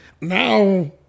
now